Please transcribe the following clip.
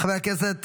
הכנסת